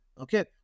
okay